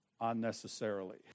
unnecessarily